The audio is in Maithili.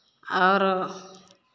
औरो